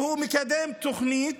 שהוא מקדם תוכנית,